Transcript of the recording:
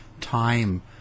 time